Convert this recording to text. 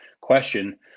question